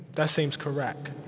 that seems correct.